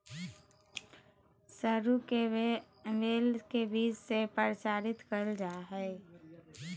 सरू के बेल के बीज से प्रचारित कइल जा हइ